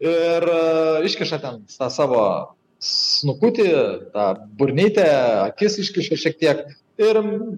ir iškiša ten tą savo snukutį tą burnytę akis iškiša šiek tiek ir